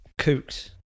Kooks